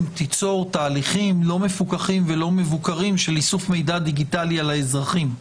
תיצור תהליכים לא מפוקחים ולא מבוקרים של איסוף מידע דיגיטלי על האזרחים.